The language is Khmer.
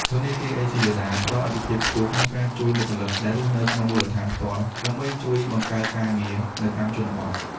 ធនាគារ អេស៊ីលីដា (ACLEDA) ផ្តល់អាទិភាពខ្ពស់ក្នុងការជួលបុគ្គលិកដែលរស់នៅក្នុងមូលដ្ឋានផ្ទាល់ ដើម្បីជួយបង្កើតការងារនៅតាមជនបទ។